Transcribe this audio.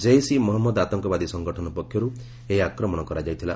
ଜେସ୍ ଇ ମହମ୍ମଦ୍ ଆତଙ୍କବାଦୀ ସଂଗଠନ ପକ୍ଷରୁ ଏହି ଆକ୍ରମଣ କରାଯାଇଥିଲା